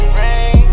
rain